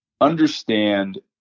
understand